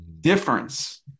Difference